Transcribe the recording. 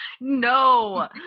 No